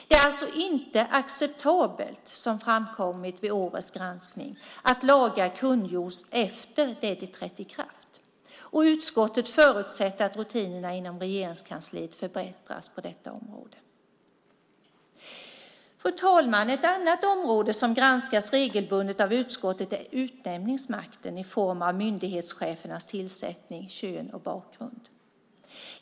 Det är alltså inte acceptabelt, som framkommit vid årets granskning, att lagar kungjorts efter det att de trätt i kraft. Utskottet förutsätter att rutinerna inom Regeringskansliet förbättras på detta område. Fru talman! Ett annat område som regelbundet granskas av utskottet är utnämningsmakten i form av myndighetschefernas tillsättning, kön och bakgrund.